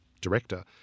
director